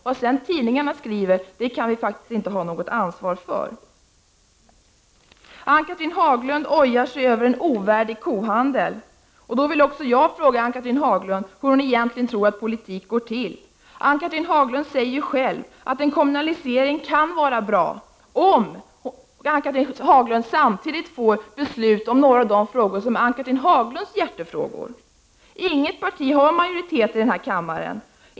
Vad tidningarna sedan skriver kan vi faktiskt inte ha något ansvar för. Ann-Cathrine Haglund ojar sig över en ovärdig kohandel. Också jag vill fråga Ann-Cathrine Haglund hur hon egentligen tror att politik går till. Ann Cathrine säger själv att en kommunalisering kan vara bra, om Ann-Cathrine Haglund samtidigt får beslut om några av de frågor som är Ann-Cathrine Haglunds hjärtefrågor. Inget parti har majoritet i kammaren.